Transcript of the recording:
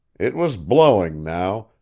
it was blowing now,